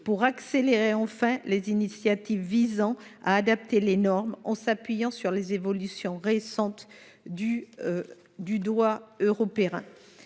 pour faire enfin aboutir les initiatives visant à adapter les normes, en nous appuyant sur les évolutions récentes du droit européen.